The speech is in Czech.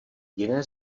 jiné